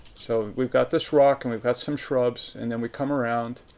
so, we've got this rock and we've got some shrubs and then we come around.